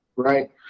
right